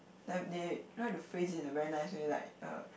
then they try it to phrase in a very nice way like uh